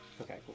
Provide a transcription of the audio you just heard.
Okay